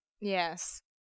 Yes